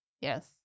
Yes